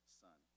son